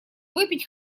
выпить